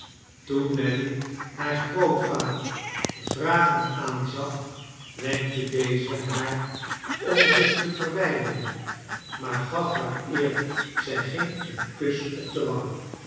toen nelly haar grootvader vragend aanzag wenkte deze haar om zich te verwijderen maar gaf haar eer zij ging een kus op de wang